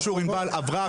הקורונה עברה.